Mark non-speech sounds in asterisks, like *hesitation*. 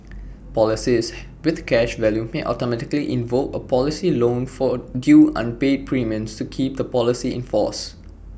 policies with cash value may automatically invoke A policy loan for *hesitation* due unpaid premiums to keep the policy in force